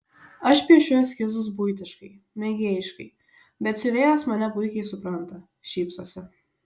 aš piešiu eskizus buitiškai mėgėjiškai bet siuvėjos mane puikiai supranta šypsosi